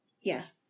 Yes